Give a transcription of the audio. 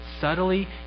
subtly